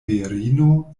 virino